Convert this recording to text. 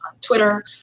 twitter